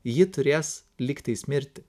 ji turės lygtais mirti